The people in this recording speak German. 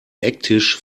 ecktisch